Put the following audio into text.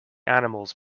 animals